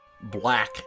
black